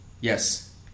Yes